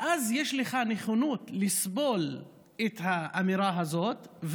ואז יש לך נכונות לסבול את האמירה הזאת,